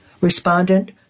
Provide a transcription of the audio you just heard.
Respondent